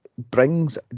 brings